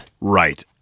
Right